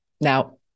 Now